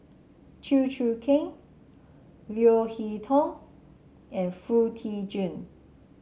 Chew Choo Keng Leo Hee Tong and Foo Tee Jun